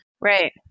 Right